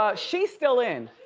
ah she's still in